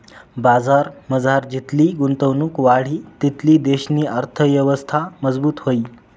बजारमझार जितली गुंतवणुक वाढी तितली देशनी अर्थयवस्था मजबूत व्हयी